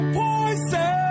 poison